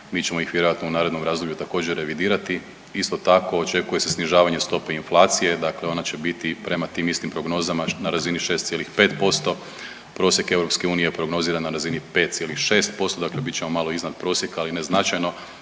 mi ćemo ih vjerojatno u narednom razdoblju također revidirati. Isto tako očekuje se snižavanje stope inflacije, dakle ona će biti prema tim istim prognozama na razini 6,5%, prosjek EU je prognoziran na razini 5,6% dakle bit ćemo malo iznad prosjeka, ali ne značajno,